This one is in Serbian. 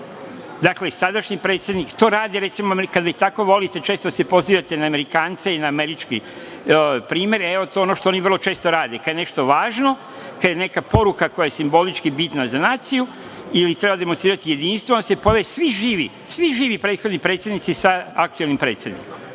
sadašnji predsednik. To radi recimo, kada tako volite često da se pozivate na Amerikance i na američke primere, to je ono što oni vrlo često rade. Kada je nešto važno, kada je neka poruka koja je simbolično bitna za naciju ili treba demonstrirati jedinstvo, onda se pojave svi živi prethodni predsednici sa aktuelnim predsednikom. Evo